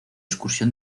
excursión